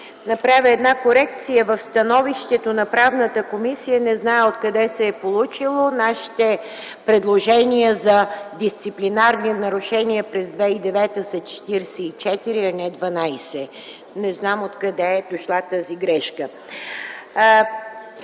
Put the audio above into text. направя корекция в становището на Правната комисия. Не зная откъде се е получило – нашите предложения за дисциплинарни нарушения през 2009 г. са 44, а не 12. Не знам откъде е дошла тази грешка.